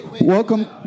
Welcome